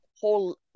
whole